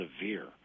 severe